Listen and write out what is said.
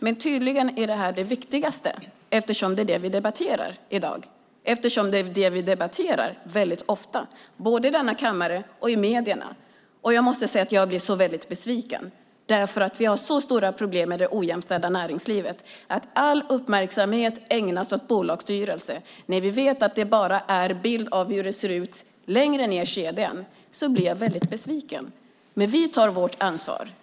Men tydligen är detta det viktigaste, eftersom det är det vi debatterar i dag, eftersom det är det vi debatterar väldigt ofta, både i denna kammare och i medierna. Jag måste säga att jag blir väldigt besviken över att all uppmärksamhet ägnas åt bolagsstyrelser när vi har så stora problem med det ojämställda näringslivet, när vi vet att det bara är en bild av hur det ser ut längre ned i kedjan. Vi tar vårt ansvar.